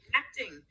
acting